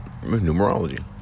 numerology